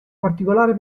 particolare